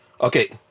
Okay